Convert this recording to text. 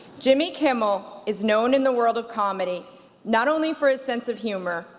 jimmy kimmel is known in the world of comedy not only for his sense of humor,